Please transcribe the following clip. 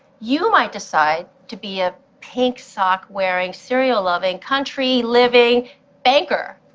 you might decide to be a pink sock-wearing, cereal-loving, country-living banker,